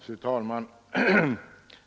Fru talman!